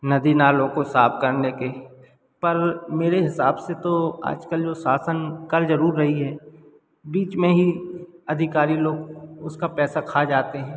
नदी नालों को साफ़ करने के पर मेरे हिसाब से तो आज कल जो शासन कर ज़रूर रही है बीच में ही अधिकारी लोग उसका पैसा खा जाते हैं